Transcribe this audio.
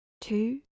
two